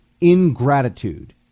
ingratitude